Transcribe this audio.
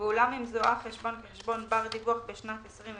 "ואולם אם זוהה החשבון כחשבון בר דיווח בשנת 2020